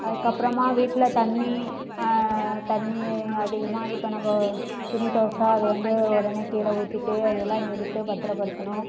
அதுக்கப்புறமா வீட்டில் தண்ணி தண்ணி அதிகமாக இப்போ நம்ப துணி துவச்சா அது வந்து உடனே கீழே ஊற்றிட்டு அதை எல்லாம் எடுத்து பத்திரப்படுத்தணும்